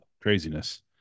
craziness